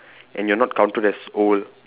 and you are not counted as old